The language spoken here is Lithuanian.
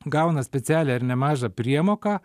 gauna specialią ir nemažą priemoką